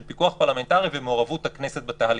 של פיקוח פרלמנטרי ומעורבות הכנסת בתהליך.